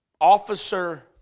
officer